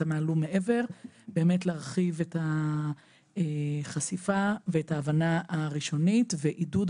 באמת להרחיב את החשיפה ואת ההבנה הראשונית ועידוד,